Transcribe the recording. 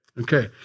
Okay